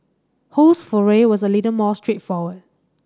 Ho's foray was a little more straightforward